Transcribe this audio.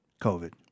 COVID